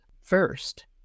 first